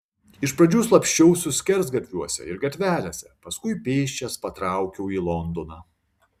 iš pradžių slapsčiausi skersgatviuose ir gatvelėse paskui pėsčias patraukiau į londoną